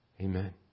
Amen